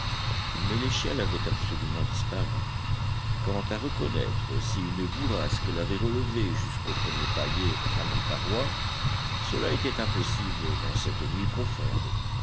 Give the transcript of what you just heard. mais l'échelle avait absolument disparu quant à reconnaître si une bourrasque l'avait relevée jusqu'au premier palier à mi paroi cela était impossible dans cette nuit profonde